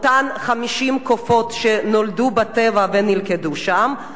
אותן 50 קופות שנולדו בטבע ונלכדו שם,